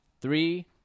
Three